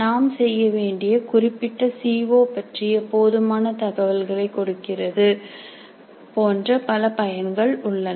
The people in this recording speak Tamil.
நாம் செய்யவேண்டிய குறிப்பிட்ட சி ஓ பற்றிய போதுமான தகவல்களை கொடுக்கிறது போன்ற பல பயன்கள் உள்ளது